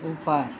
ऊपर